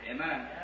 Amen